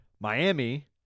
Miami